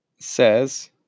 Says